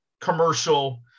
commercial